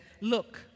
look